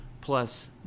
plus